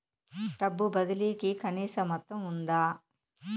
డబ్బు బదిలీ కి కనీస మొత్తం ఉందా?